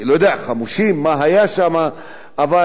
אני לא יודע מה היה שם, חמושים.